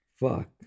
Fuck